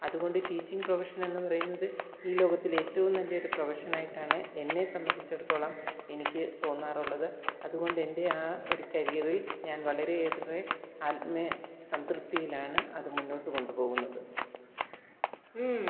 അതുകൊണ്ട് ടീച്ചിങ് പ്രൊഫഷനെന്ന് പറയുന്നത് ഈ ലോകത്തിലെ ഏറ്റവും നല്ലയൊരു പ്രൊഫഷനായിട്ടാണ് എന്നെ സംബന്ധിച്ചിടത്തോളം എനിക്ക് തോന്നാറുള്ളത് അതുകൊണ്ടെൻ്റെ ആ ഒരു കരിയറിൽ ഞാൻ വളരെയേറെ ആത്മസംതൃപ്തിയിലാണ് അത് മുന്നോട്ട് കൊണ്ടുപോകുന്നത് ഉം